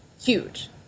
Huge